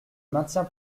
maintiens